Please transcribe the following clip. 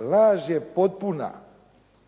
laž je potpuna